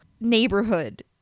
neighborhood